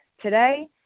today